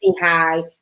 hi